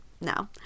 No